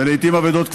ולעיתים אבדות כבדות.